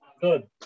Good